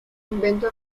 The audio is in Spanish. invento